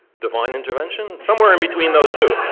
divine intervention. somewhere and between those two.